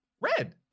Red